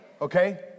Okay